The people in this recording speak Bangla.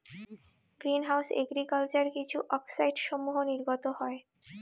গ্রীন হাউস এগ্রিকালচার কিছু অক্সাইডসমূহ নির্গত হয়